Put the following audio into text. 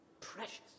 Precious